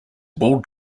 ball